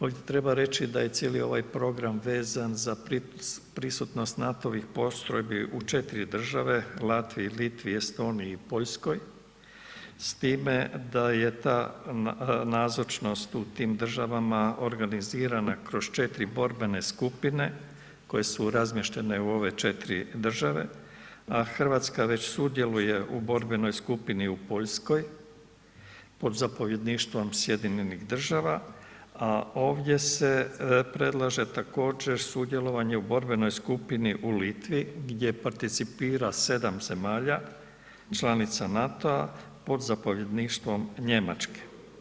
Ovdje treba reći da je cijeli ovaj program vezan za prisutnost NATO-vih postrojbi u 4 države, Latviji, Litvi, Estoniji i Poljskoj s time da je ta nazočnost u tim državama organizirana kroz 4 borbene skupine koje su razmještene u ove 4 države a Hrvatska već sudjeluje u borbenoj skupini u Poljskoj pod zapovjedništvom Sjedinjenih Država a ovdje se predlaže također sudjelovanje u borbenoj skupni u Litvi gdje participira 7 zemalja, članica NATO-a pod zapovjedništvom Njemačke.